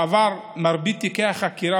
בעבר מרבית תיקי החקירה,